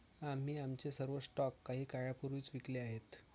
आम्ही आमचे सर्व स्टॉक काही काळापूर्वीच विकले आहेत